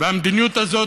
המדיניות הזאת,